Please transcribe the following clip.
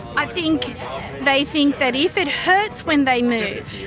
i think they think that if it hurts when they move,